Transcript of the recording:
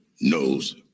knows